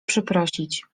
przeprosić